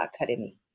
academy